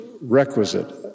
requisite